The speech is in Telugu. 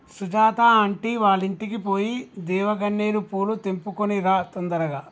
సుజాత ఆంటీ వాళ్ళింటికి పోయి దేవగన్నేరు పూలు తెంపుకొని రా తొందరగా